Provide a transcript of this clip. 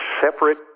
separate